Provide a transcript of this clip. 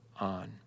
on